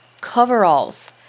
coveralls